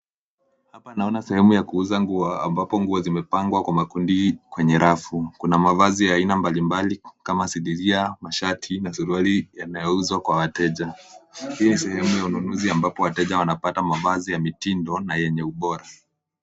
Hapa naona sehemu ya kuuza nguo ambapo nguo zimepangwa kwa makundi kwenye rafu, kuna mavazi ya aina mbalimbali kama sindiria, mashati na suruali yanayouzwa kwa wateja, hii ni sehemu ya ununuzi ambapo wateja wanapata mavazi ya mitindo na yenye ubora.